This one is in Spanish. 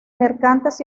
mercantes